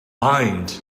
bind